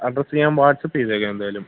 address ഞാൻ WhatsApp ചെയ്തേക്കാം എന്തായാലും